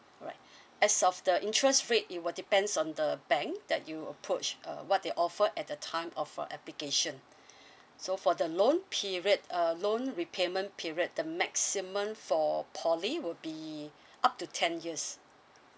right as of the interest rate it will depends on the bank that you approach uh what they offer at the time of uh application so for the loan period uh loan repayment period the maximum for poly will be up to ten years